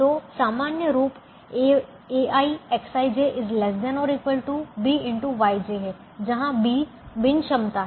तो सामान्य रूप aiXij ≤ BxYj है जहां B बिन क्षमता है